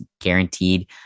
guaranteed